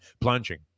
plunging